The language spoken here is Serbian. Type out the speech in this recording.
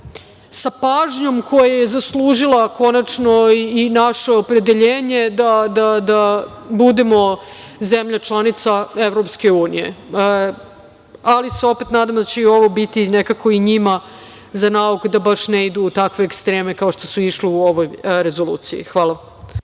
sa pažnjom koja je zaslužila i naše opredeljenje da budemo zemlja članice Evropske unije, ali se opet nadam da će i ovo biti nekako i njima za nauk da baš ne idu u takve ekstreme kao što se išlo u ovoj rezoluciji. Hvala.